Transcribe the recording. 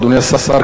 אדוני השר,